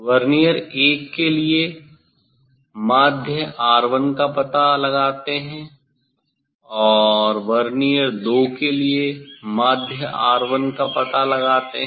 vernier 1 के लिए माध्य 'R1' का पता लगाते हैं आर वर्नियर 2 के लिए माध्य 'R1' का पता लगाते हैं